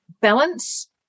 balance